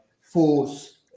force